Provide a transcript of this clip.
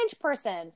person